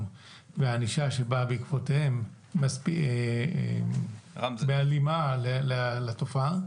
והענישה שבאה בעקבותיהם הם בהלימה לתופעה?